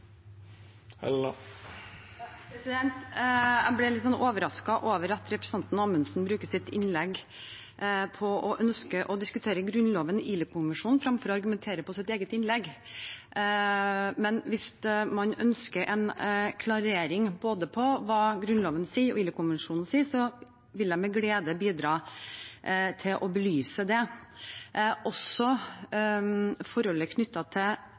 Jeg ble litt overrasket over at representanten Amundsen bruker sitt innlegg til å ønske å diskutere Grunnloven og ILO-konvensjonen fremfor å argumentere for sitt eget innlegg, men hvis man ønsker en klarering, både av hva Grunnloven sier, og av hva ILO-konvensjonen sier, vil jeg med glede bidra til å belyse det. Det gjelder også forholdet knyttet til